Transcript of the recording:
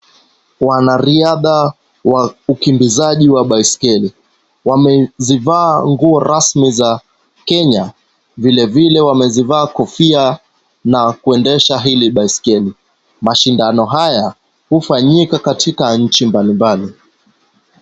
Wanariadha wa ukimbizaji wa baiskeli. Wamezivaa nguo rasmi za Kenya. Vilevile wamezivaa kofia na kuendesha hili baiskeli. Mashindano haya hufanyika katika nchi mbalimbali.